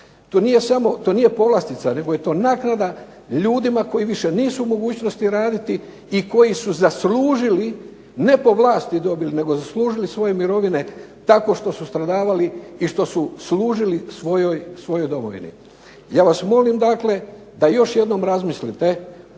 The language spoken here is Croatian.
to nije povlastica, nego je to naknada ljudima koji više nisu u mogućnosti raditi i koji su zaslužili ne po vlasti dobili, nego zaslužili svoje mirovine tako što su stradavali i što su služili svojoj domovini. Ja vas molim da još jednom razmislite